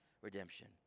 redemption